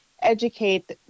educate